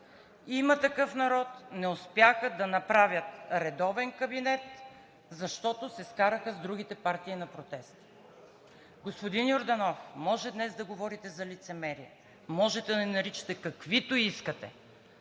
„Има такъв народ“ не успяха да направят редовен кабинет, защото се скараха с другите партии на протеста. Господин Йорданов, може днес да говорите за лицемерие, може да ни наричате каквито искате.